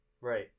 Right